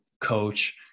coach